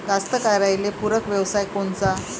कास्तकाराइले पूरक व्यवसाय कोनचा?